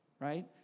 right